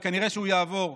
וכנראה שהוא יעבור,